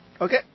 Okay